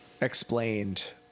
explained